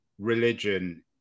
religion